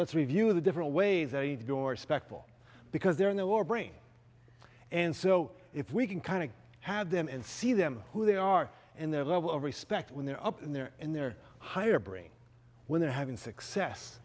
let's review the different ways that you do or spectral because they're in the lower brain and so if we can kind of had them and see them who they are and their level of respect when they're up and they're in their higher brain when they're having success